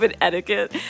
etiquette